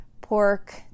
pork